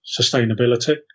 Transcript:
sustainability